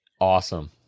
Awesome